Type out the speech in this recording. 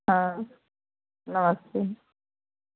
हाँ नमस्ते